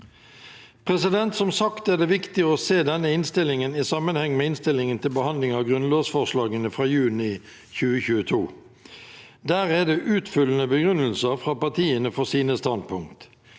demokratiet. Som sagt er det viktig å se denne innstillingen i sammenheng med innstillingen til behandling av grunnlovsforslagene fra juni 2022. Der er det utfyllende begrunnelser fra partiene for deres standpunkter.